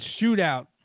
shootout